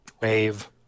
Wave